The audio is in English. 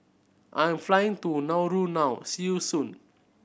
I'm flying to Nauru now see you soon